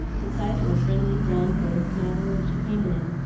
the sight of a friendly brown face smiling when she came in,